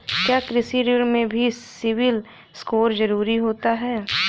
क्या कृषि ऋण में भी सिबिल स्कोर जरूरी होता है?